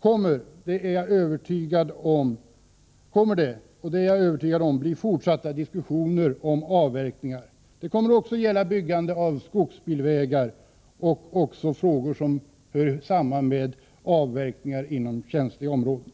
kommer det, det är jag övertygad om, att bli fortsatta diskussioner om avverkningar. Det kommer också att gälla byggandet av skogsbilvägar och frågor som hör samman med avverkningar inom känsliga områden.